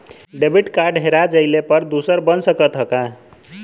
Debit card हेरा जइले पर दूसर बन सकत ह का?